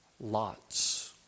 Lot's